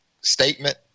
statement